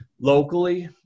locally